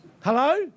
Hello